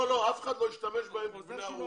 לא, לא, אף אחד מהם לא ישתמש בהם כבני ערובה.